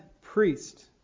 priest